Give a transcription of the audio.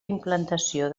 implantació